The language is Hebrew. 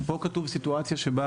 פה כתובה סיטואציה שבה